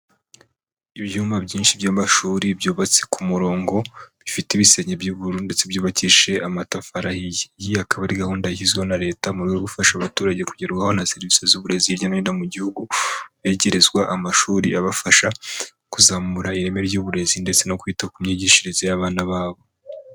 Ibyumba byinshi by'amashuri byubatse ku murongo, bifite ibisenge by'ubururu ndetse byubakishije amatafari ahiye. Iyi akaba ari gahunda yashyizweho na leta mu rwego rwo gufasha abaturage kugerwaho na serivisi z'uburezi hirya no hino mu gihugu, begerezwa amashuri abafasha, kuzamura ireme ry'uburezi ndetse no kwita ku myigishirize y'abana babo.